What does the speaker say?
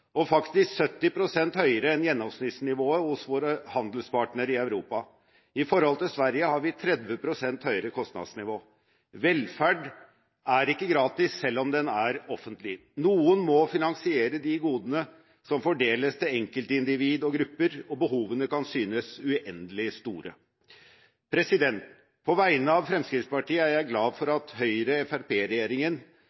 er faktisk 70 pst. høyere enn gjennomsnittsnivået hos våre handelspartnere i Europa. I forhold til Sverige har vi 30 pst. høyere kostnadsnivå. Velferd er ikke gratis selv om den er offentlig. Noen må finansiere de godene som fordeles til enkeltindivid og grupper, og behovene kan synes uendelig store. På vegne av Fremskrittspartiet er jeg glad for